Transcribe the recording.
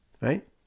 Right